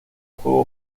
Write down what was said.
juego